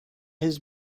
his